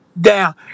down